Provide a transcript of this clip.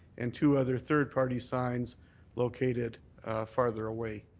and two other third party signs located farther away.